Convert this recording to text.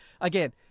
again